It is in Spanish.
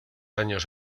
años